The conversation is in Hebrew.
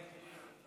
כן, כן.